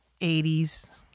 80s